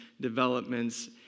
developments